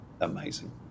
amazing